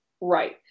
right